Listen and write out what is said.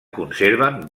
conserven